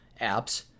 apps